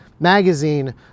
magazine